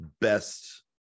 best